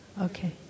Okay